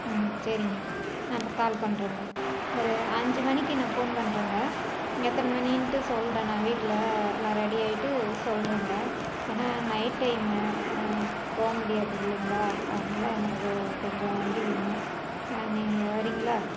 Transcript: சரிங்க நான் இப்போ கால் பண்ணுறங்க ஒரு அஞ்சு மணிக்கு நான் ஃபோன் பண்ணுறங்க எத்தனை மணின்ட்டு சொல்கிறேன் நான் வீட்டில் எல்லாம் ரெடி ஆகிட்டு சொல்கிறங்க ஏன்னா நைட் டைமு போ முடியாது இல்லைங்களா அதனால் எனக்கு கொஞ்சம் வண்டி வேணும் நீங்கள் வரீங்களா